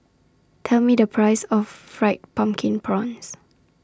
Tell Me The Price of Fried Pumpkin Prawns